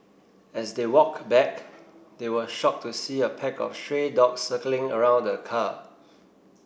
as they walked back they were shocked to see a pack of stray dogs circling around the car